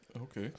Okay